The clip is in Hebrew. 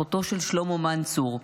אחותו של שלמה מנצור.